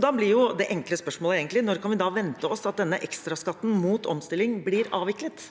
Da blir egentlig det enkle spørsmål: Når kan vi da vente oss at denne ekstraskatten mot omstilling blir avviklet?